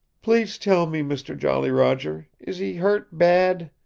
please tell me, mister jolly roger is he hurt bad?